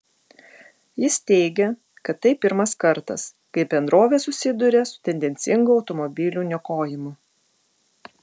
jis teigė kad tai pirmas kartas kai bendrovė susiduria su tendencingu automobilių niokojimu